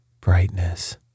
brightness